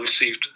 received